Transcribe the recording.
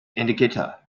indicator